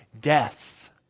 death